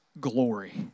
glory